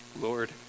Lord